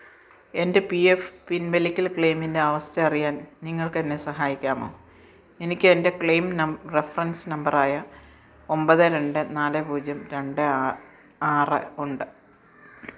എൻ്റെ P F പിൻവലിക്കൽ ക്ലെയിമിൻ്റെ അവസ്ഥ അറിയാൻ നിങ്ങൾക്കെന്നെ സഹായിക്കാമോ എനിക്ക് എൻ്റെ ക്ലെയിം നം റെഫറൻസ് നമ്പറായ ഒൻപത് രണ്ട് നാല് പൂജ്യം രണ്ട് ആ ആറ് ഉണ്ട്